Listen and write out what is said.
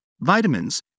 vitamins